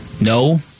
no